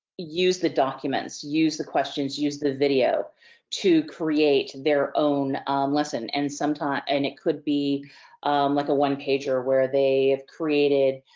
use the documents, use the questions, use the video to create their own lesson. and and it could be like a one-pager where they have created